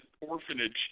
orphanage